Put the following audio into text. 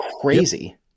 crazy